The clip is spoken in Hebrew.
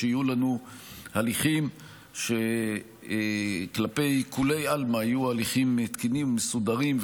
שיהיו לנו הליכים שכלפי כולי עלמא יהיו הליכים תקינים ומסודרים,